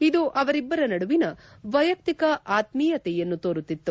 ಇದು ಅವರಿಬ್ಬರ ನಡುವಿನ ವೈಯಕ್ತಿಕ ಆತ್ಮೀಯತೆಯನ್ನು ತೋರುತ್ತಿತ್ತು